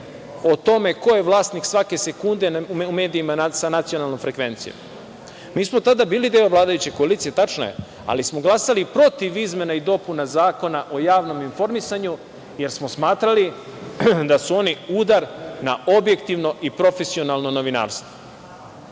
o tome ko je vlasnik svake sekunde u medijima sa nacionalnom frekvencijom? Mi smo tada bili deo vladajuće koalicije, tačno je, ali smo glasali protiv izmena i dopuna Zakona o javnom informisanju, jer smo smatrali da su one udar na objektivno i profesionalno novinarstvo.